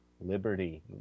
liberty